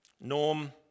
Norm